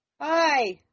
Hi